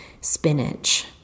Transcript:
spinach